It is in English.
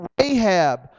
Rahab